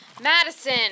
Madison